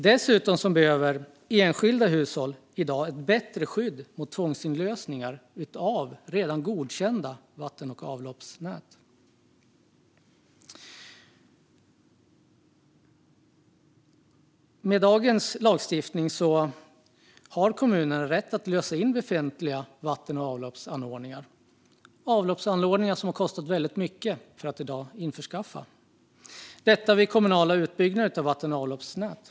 Dessutom behöver enskilda hushåll i dag ett bättre skydd mot tvångsinlösningar av redan godkända vatten och avloppsnät. Med dagens lagstiftning har kommunerna rätt att lösa in befintliga vatten och avloppsanordningar - avloppsanordningar som det har kostat väldigt mycket att införskaffa - vid en utbyggnad av det kommunala vatten och avloppsnätet.